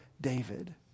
David